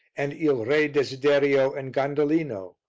and il re desiderio and gandellino,